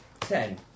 Ten